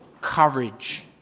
courage